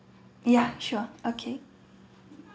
ya sure okay